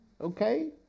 Okay